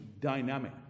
dynamic